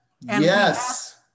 yes